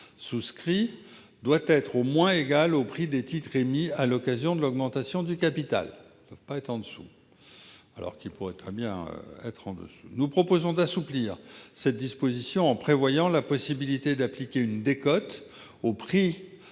bons doit être au moins égal au prix des titres émis à l'occasion de l'augmentation de capital- il ne peut lui être inférieur. Nous proposons d'assouplir cette disposition en prévoyant la possibilité d'appliquer une décote au prix